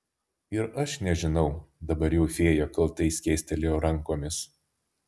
ir aš nežinau dabar jau fėja kaltai skėstelėjo rankomis